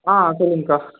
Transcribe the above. ஆ சொல்லுங்கக்கா